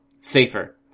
Safer